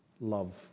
love